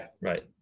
right